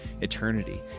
eternity